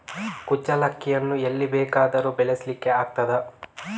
ಕುಚ್ಚಲಕ್ಕಿಯನ್ನು ಎಲ್ಲಿ ಬೇಕಾದರೂ ಬೆಳೆಸ್ಲಿಕ್ಕೆ ಆಗ್ತದ?